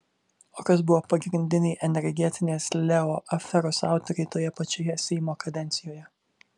o kas buvo pagrindiniai energetinės leo aferos autoriai toje pačioje seimo kadencijoje